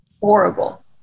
horrible